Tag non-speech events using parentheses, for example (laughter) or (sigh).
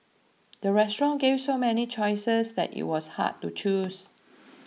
the restaurant gave so many choices that it was hard to choose (noise)